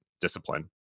discipline